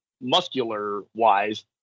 muscular-wise